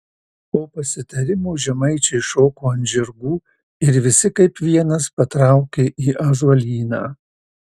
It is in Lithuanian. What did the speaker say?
po pasitarimo žemaičiai šoko ant žirgų ir visi kaip vienas patraukė į ąžuolyną